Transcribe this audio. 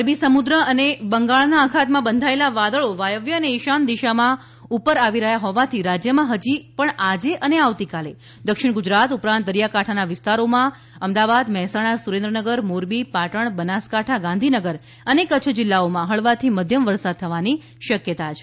અરબી સમુદ્ર અને બંગાળના અખાતમાં બંધાયેલા વાદળો વાયવ્ય અને ઇશાન દિશામાં ઉપર આવી રહ્યાં હોવાથી રાજ્યમાં હજી પણ આજે અને આવતીકાલે દક્ષિણ ગુજરાત ઉપરાંત દરિયાકાંઠાના વિસ્તારોમાં અમદાવાદ મહેસાણા સુરેન્દ્રનગર મોરબી પાટણ બનાસકાંઠા ગાંધીનગર અને કચ્છ જીલ્લાઓમાં હળવાથી મધ્યમ વરસાદ થવાની શક્યતા છે